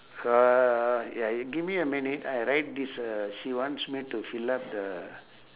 ah ya you give me a minute I write this uh she wants me to fill up the